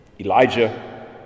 Elijah